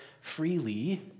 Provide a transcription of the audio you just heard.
freely